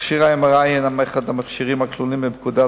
מכשיר ה-MRI הוא אחד המכשירים הכלולים בתקנות